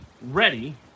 ready